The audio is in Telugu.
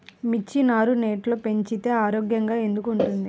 మిర్చి నారు నెట్లో పెంచితే ఆరోగ్యంగా ఎందుకు ఉంటుంది?